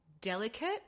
delicate